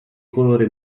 colore